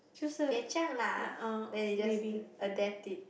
不要讲啦 then they just adapt it